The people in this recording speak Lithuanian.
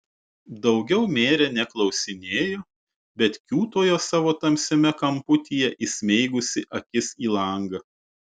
daugiau merė neklausinėjo bet kiūtojo savo tamsiame kamputyje įsmeigusi akis į langą